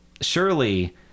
surely